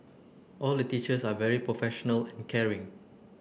all the teachers are very professional and caring